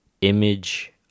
image